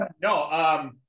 No